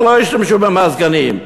אז לא ישתמשו במזגנים.